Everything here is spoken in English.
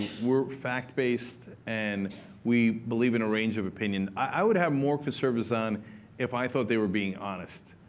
we're fact-based, and we believe in a range of opinion. i would have more conservatives on if i thought they were being honest.